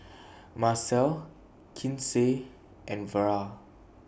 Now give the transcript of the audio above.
Macel Kinsey and Vera